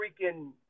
freaking